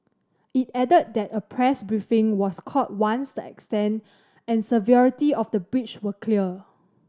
it added that a press briefing was called once the extent and severity of the breach were clear